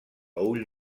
ull